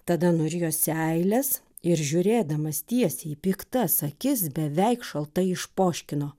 tada nurijo seiles ir žiūrėdamas tiesiai į piktas akis beveik šaltai išpoškino